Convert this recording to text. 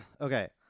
Okay